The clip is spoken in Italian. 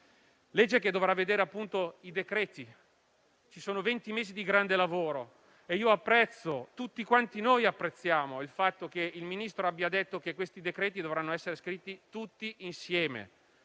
dovranno seguire i decreti: ci sono venti mesi di grande lavoro ed io apprezzo - tutti quanti apprezziamo - il fatto che il Ministro abbia detto che questi decreti dovranno essere scritti tutti insieme,